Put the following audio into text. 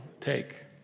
take